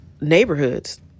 neighborhoods